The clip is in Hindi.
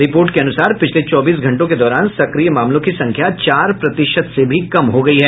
रिपोर्ट के अनुसार पिछले चौबीस घंटों के दौरान सक्रिय मामलों की संख्या चार प्रतिशत से भी कम हो गया है